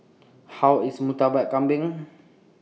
How IS Murtabak Kambing